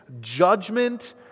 Judgment